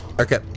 Okay